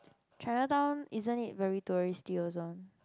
Chinatown isn't it very touristy also